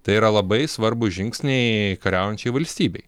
tai yra labai svarbūs žingsniai kariaujančiai valstybei